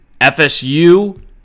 FSU